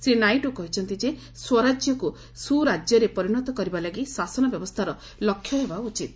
ଶ୍ରୀ ନାଇଡୁ କହିଛନ୍ତି ଯେ ସ୍ୱରାଜ୍ୟକୁ ସୁରାଜ୍ୟରେ ପରିଣତ କରିବା ଲାଗି ଶାସନ ବ୍ୟବସ୍ଥାର ଲକ୍ଷ୍ୟ ହେବା ଉଚିତ୍